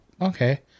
okay